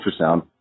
ultrasound